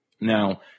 Now